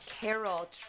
Carol